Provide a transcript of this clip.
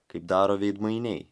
kaip daro veidmainiai